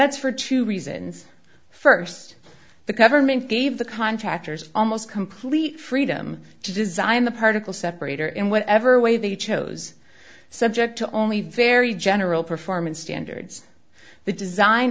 that's for two reasons st the government gave the contractors almost complete freedom to design the particle separator in whatever way they chose subject to only very general performance standards the design